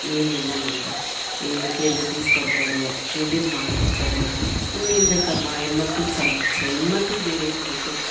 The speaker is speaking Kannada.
ಏನಿಲ್ಲ ನನಗೆ ಏನು ಕೇಳಿದ್ದು ಈಸ್ ಕೊಡ್ತಾರೆ ಕೇಳಿದ್ದು ಮಾಡ್ಕೊಡ್ತಾರೆ ಇನ್ನೇನು ಬೇಕಮ್ಮ ಹೆಣ್ಮಕ್ಳಿಗೆ ಸಂ ಹೆಣ್ಮಕ್ಳಿಗೆ ಬೇರೇನು ಬೇಕು